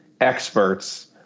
experts